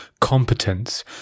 competence